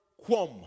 quam